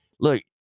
look